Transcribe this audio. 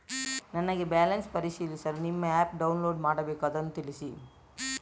ನನಗೆ ಬ್ಯಾಲೆನ್ಸ್ ಪರಿಶೀಲಿಸಲು ನಿಮ್ಮ ಆ್ಯಪ್ ಡೌನ್ಲೋಡ್ ಮಾಡಬೇಕು ಅದನ್ನು ತಿಳಿಸಿ?